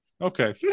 Okay